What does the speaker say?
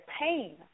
pain